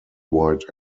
white